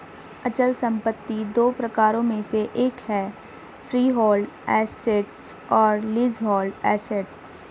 अचल संपत्ति दो प्रकारों में से एक है फ्रीहोल्ड एसेट्स और लीजहोल्ड एसेट्स